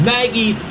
Maggie